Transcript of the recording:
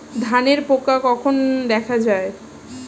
ধানের পোকা কখন দেখা দেয়?